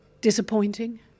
disappointing